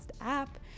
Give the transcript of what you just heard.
app